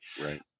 Right